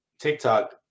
TikTok